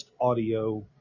audio